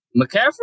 McCaffrey